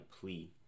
plea